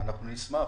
אנחנו נשמח.